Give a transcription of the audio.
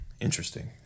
Interesting